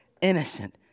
innocent